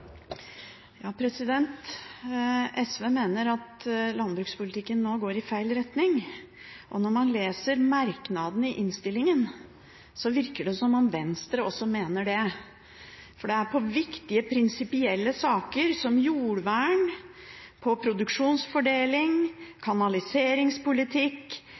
SV mener at landbrukspolitikken nå går i feil retning. Når man leser merknaden i innstillingen, virker det som om Venstre også mener det, for den går på viktige prinsipielle saker som jordvern, produksjonsfordeling, kanaliseringspolitikk,